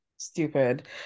stupid